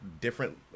different